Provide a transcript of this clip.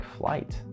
flight